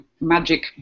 magic